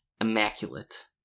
Immaculate